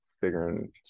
figuring